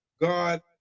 God